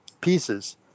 pieces